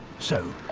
so,